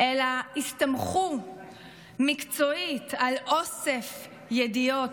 אלא הסתמכו מקצועית על אוסף ידיעות